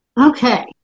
Okay